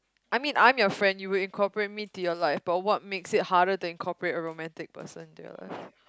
I mean I'm your friend you would incorporate me to your life but what makes it harder to incorporate a romantic person to your life